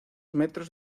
metros